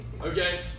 Okay